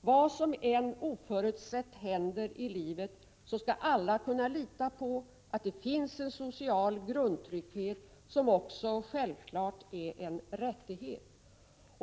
Vad som än oförutsett händer i livet skall alla kunna lita på att det finns en social grundtrygghet som också självfallet är en rättighet.